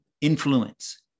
influence